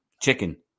Chicken